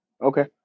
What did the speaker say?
Okay